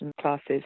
classes